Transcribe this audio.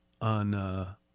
on